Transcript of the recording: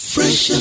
Fresh